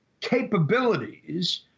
capabilities